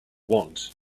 want